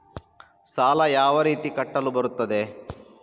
ಸಾಲ ಯಾವ ರೀತಿ ಕಟ್ಟಲು ಬರುತ್ತದೆ?